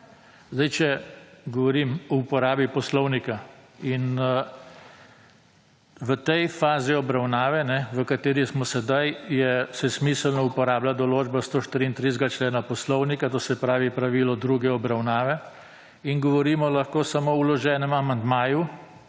Sedaj, če govorim o uporabi Poslovnika in v tej fazi obravnave, v kateri smo sedaj se je smiselno uporablja določba 134. člena Poslovnika to se pravi pravilo druge obravnave in govorimo lahko samo o vloženem amandmaju